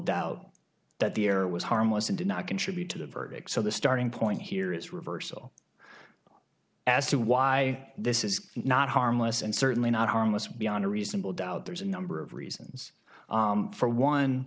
doubt that the air was harmless and did not contribute to the verdict so the starting point here is reversal as to why this is not harmless and certainly not harmless beyond a reasonable doubt there's a number of reasons for one